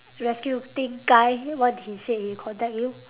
rescue thing guy what did he say he contact you